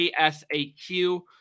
ASAQ